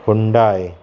Hyundai